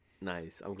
Nice